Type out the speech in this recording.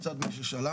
מצד מי ששלח,